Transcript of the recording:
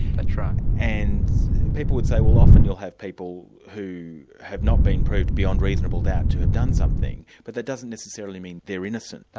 ah and people would say, well often you'll have people who have not been proved beyond reasonable doubt to have done something, but that doesn't necessarily mean they're innocent.